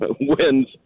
wins